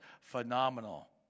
phenomenal